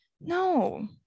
No